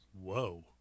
Whoa